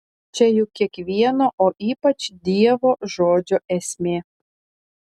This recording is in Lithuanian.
čia juk kiekvieno o ypač dievo žodžio esmė